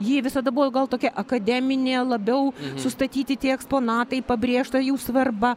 ji visada buvo gal tokia akademinė labiau sustatyti tie eksponatai pabrėžta jų svarba